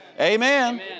Amen